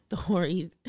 stories